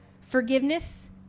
Forgiveness